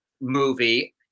movie